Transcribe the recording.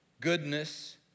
goodness